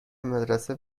مدرسه